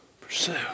pursue